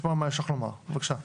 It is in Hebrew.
לומר, בבקשה.